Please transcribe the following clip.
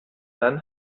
dann